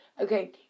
Okay